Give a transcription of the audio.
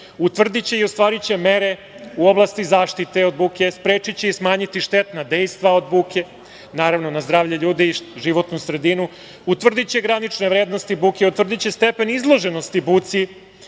utvrdiće i ostvariće mere u oblasti zaštite od buke, sprečiće i smanjiti štetna dejstva od buke, naravno, na zdravlje ljudi, životnu sredinu. Utvrdiće vrednosti buke, utvrdiće stepen izloženosti buci